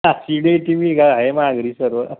हा C D T V घरा आहे माझ्या घरी सर्व